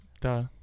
Duh